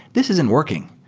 this isn't working,